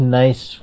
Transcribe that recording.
nice